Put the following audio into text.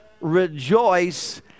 rejoice